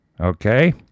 okay